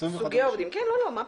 לא שמות.